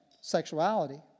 sexuality